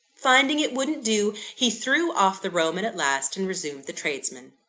finding it wouldn't do, he threw off the roman at last, and resumed the tradesman.